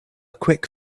quick